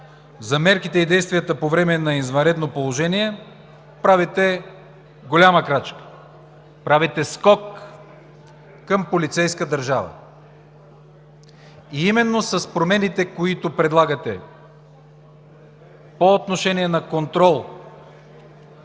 за мерките и действията по време на извънредното положение, правите голяма крачка, правите скок към полицейска държава. Именно с промените, които предлагате, по отношение на контрола